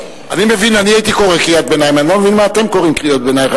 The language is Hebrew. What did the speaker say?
אני מבין, אני הייתי קורא קריאת ביניים.